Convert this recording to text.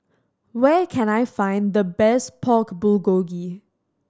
where can I find the best Pork Bulgogi